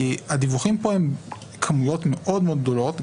כי הדיווחים פה הם בכמויות מאוד מאוד גדולות,